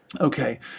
Okay